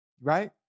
Right